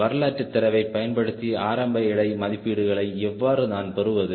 வரலாற்றுத் தரவைப் பயன்படுத்தி ஆரம்ப எடை மதிப்பீடுகளை எவ்வாறு நான் பெறுவது